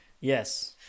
Yes